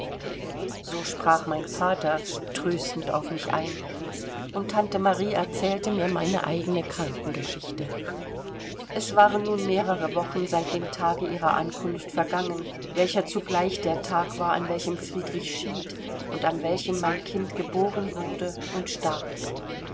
so sprach mein vater tröstend auf mich ein und tante marie erzählte mir meine eigene krankheitsgeschichte es waren nun mehrere wochen seit dem tage ihrer ankunft vergangen welcher zugleich der tag war an welchem friedrich schied und an welchem mein kind geboren wurde und starb